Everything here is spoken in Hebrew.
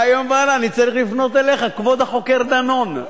מהיום והלאה אני צריך לפנות אליך "כבוד החוקר דנון".